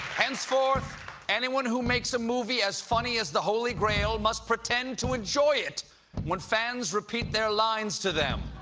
henceforth anyone who makes a movie as funny as the holy grail must pretend to enjoy it when fans repeat their lines to them.